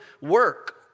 work